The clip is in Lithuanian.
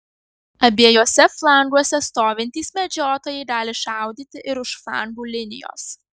abiejuose flanguose stovintys medžiotojai gali šaudyti ir už flangų linijos